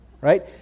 right